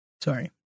sorry